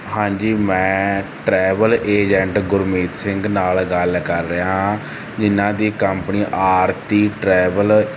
ਹਾਂਜੀ ਮੈਂ travel agent Gurmeet Singh ਨਾਲ ਗੱਲ ਕਰ ਰਿਹਾ ਜਿਨ੍ਹਾਂ ਦੀ ਕੰਪਨੀ ਆਰਤੀ ਟਰੈਵਲ